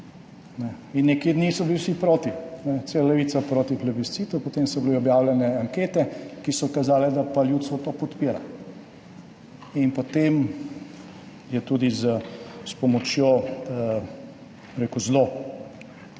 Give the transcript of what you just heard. Nekaj dni so bili vsi proti, cela levica je bila proti plebiscitu, potem so bile objavljene ankete, ki so kazale, da pa ljudstvo to podpira in potem je tudi s pomočjo zelo